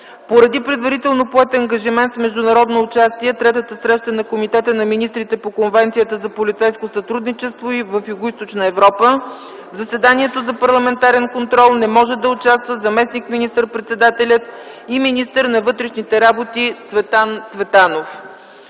Поради предварително поет ангажимент с международно участие – Третата среща на Комитета на министрите по Конвенцията за полицейско сътрудничество в Югоизточна Европа, в заседанието за парламентарен контрол не може да участва заместник министър-председателят и министър на вътрешните работи Цветан Цветанов.